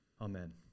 Amen